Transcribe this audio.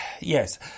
Yes